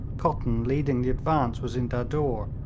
cotton, leading the advance, was in dadur,